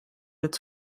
its